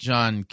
John